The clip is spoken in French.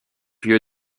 lieu